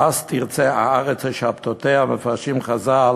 "אז תִרצה הארץ את שַׁבְּתֹתֶיהָ" מפרשים חז"ל